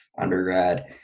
undergrad